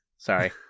Sorry